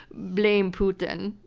blame putin,